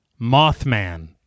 mothman